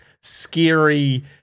scary